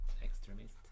extremist